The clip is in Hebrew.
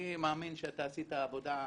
אני מאמין שאתה עשית עבודה,